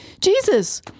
Jesus